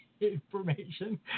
information